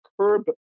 curb